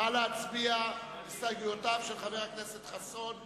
נא להצביע על הסתייגותו של חבר הכנסת חסון.